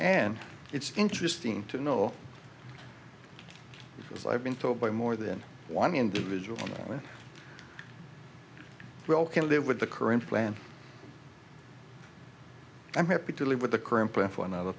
and it's interesting to know because i've been told by more than one individual we all can live with the current plan i'm happy to live with the current plan for another